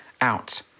out